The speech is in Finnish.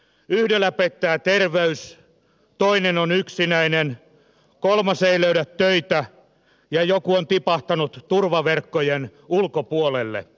yhdellä pettää terveys toinen on yksinäinen kolmas ei löydä töitä ja joku on tipahtanut turvaverkkojen ulkopuolelle